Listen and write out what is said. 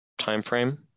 timeframe